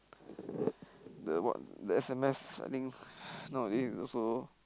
the what the S_M_S I think nowadays also